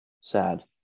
sad